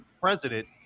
president